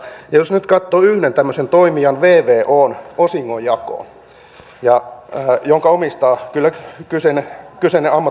ja jos nyt katsoo yhden tämmöisen toimijan vvon osingonjakoa sen omistaa kyllä kyseinen ammattiyhdistysliike